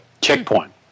checkpoint